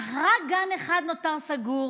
אך רק גן אחד נותר סגור,